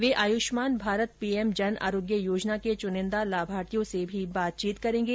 वे Ayushman Bharat PM Jan Arogya Yojana के चुनिंदा लाभार्थियों से भी बातचीत करेंगे